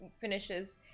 finishes